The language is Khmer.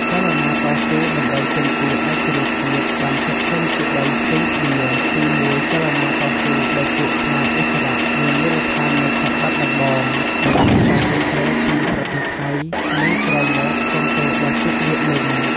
ចលនាតស៊ូដើម្បីទាមទារឯករាជ្យជាតិ បានចែកចេញជា ៣ផ្សេងគ្នា ទី១ ចលនាតស៊ូដោយពួក ខ្មែរឥស្សរៈមានមូលដ្ឋាននៅ ខេត្តបាត់ដំបង ដែលមានការគាំទ្រពី ប្រទេសថៃ និង ក្រោយមកគាំទ្រ ដោយពួកវៀតមិញ ។